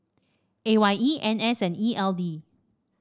A Y E N S and E L D